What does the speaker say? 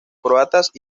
croatas